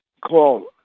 call